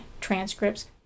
transcripts